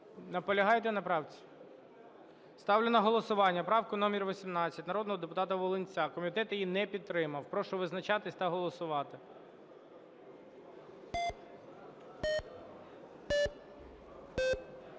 Наполягаєте на правці? Ставлю на голосування правку номер 18 народного депутата Волинця. Комітет її не підтримав. Прошу визначатись та голосувати.